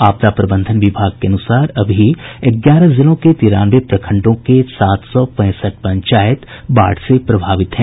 आपदा प्रबंधन विभाग के अनुसार अभी ग्यारह जिलों के तिरानवे प्रखंडों के सात सौ पैंसठ पंचायत बाढ़ से प्रभावित हैं